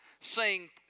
Sing